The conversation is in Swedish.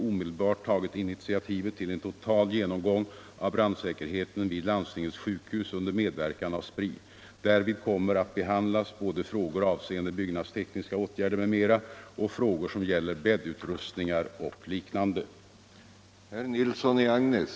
Jag utgår ifrån att även brandriskerna på grund av